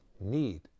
need